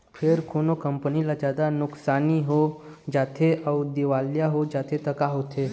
फेर कोनो कंपनी ल जादा नुकसानी हो जाथे अउ दिवालिया हो जाथे त का होथे?